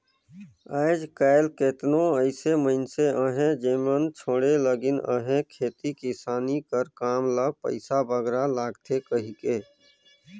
आएज काएल केतनो अइसे मइनसे अहें जेमन छोंड़े लगिन अहें खेती किसानी कर काम ल पइसा बगरा लागथे कहिके